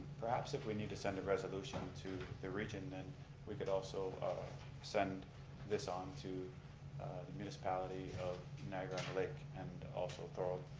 perhaps if we need to send a resolution to their region then we could also send this on to the municipalities of niagara and lake and also thorold,